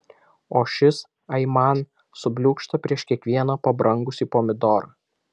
o šis aiman subliūkšta prieš kiekvieną pabrangusį pomidorą